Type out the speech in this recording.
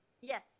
yes